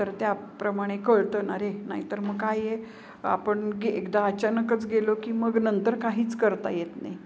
तर त्याप्रमाणे कळतं ना रे नाहीतर मग काय आहे आपण एकदा अचानकच गेलो की मग नंतर काहीच करता येत नाही